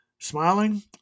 Smiling